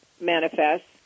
manifests